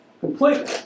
Completely